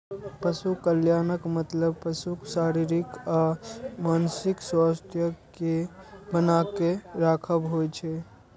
पशु कल्याणक मतलब पशुक शारीरिक आ मानसिक स्वास्थ्यक कें बनाके राखब होइ छै